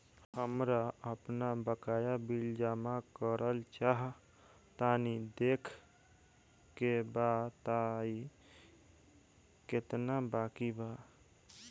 हमरा आपन बाकया बिल जमा करल चाह तनि देखऽ के बा ताई केतना बाकि बा?